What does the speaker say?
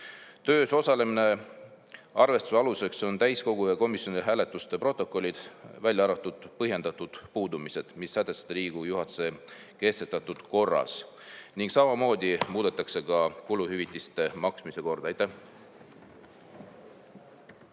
Töös osalemise arvestuse aluseks on täiskogu ja komisjonide hääletuste protokollid, välja arvatud põhjendatud puudumised, mis sätestatakse Riigikogu juhatuse kehtestatud korras, ning samamoodi muudetakse ka kuluhüvitiste maksmise korda. Aitäh!